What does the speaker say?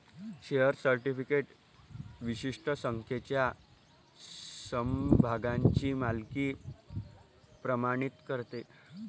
share certificate विशिष्ट संख्येच्या समभागांची मालकी प्रमाणित करते